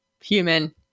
Human